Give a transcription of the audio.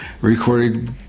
recorded